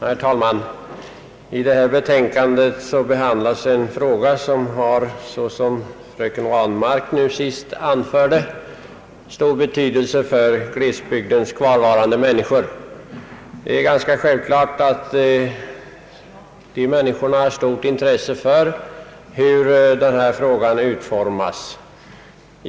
Herr talman! I detta betänkande behandlas en fråga som — vilket fröken Ranmark påpekade i sitt senaste anförande — har stor betydelse för glesbygdens kvarvarande människor. Det är ganska självklart att dessa människor har stort intresse av hur denna fråga utformas.